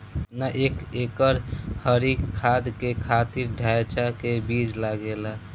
केतना एक एकड़ हरी खाद के खातिर ढैचा के बीज लागेला?